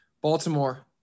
Baltimore